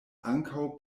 ankaŭ